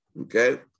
Okay